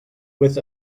with